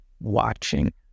watching